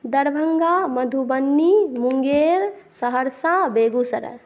Darbhanga Madhubani Munger Saharsa Begusarai